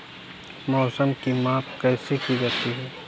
मौसम की माप कैसे की जाती है?